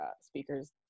speakers